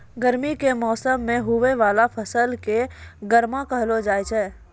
गर्मी के मौसम मे हुवै वाला फसल के गर्मा कहलौ जाय छै